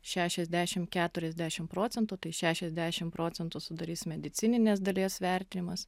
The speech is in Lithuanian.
šešiasdešim keturiasdešim procentų tai šešiasdešim procentų sudarys medicininės dalies vertinimas